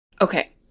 Okay